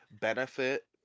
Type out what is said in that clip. benefit